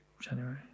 January